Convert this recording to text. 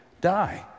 die